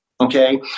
Okay